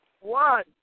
One